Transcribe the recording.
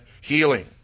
healing